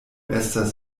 estas